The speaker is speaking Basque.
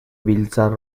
biltzar